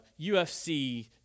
UFC